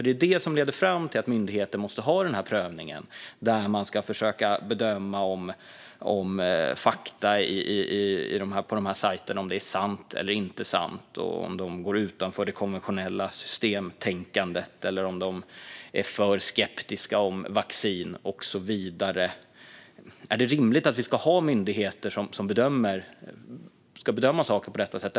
Det är ju det som leder fram till att myndigheten måste göra denna prövning där man ska försöka bedöma fakta på dessa sajter - om det är sant eller inte sant - och om de går utanför det konventionella systemtänkandet eller om de är för skeptiska mot vaccin och så vidare. Är det rimligt att myndigheter ska bedöma saker på detta sätt?